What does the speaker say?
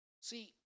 See